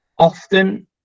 Often